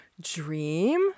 dream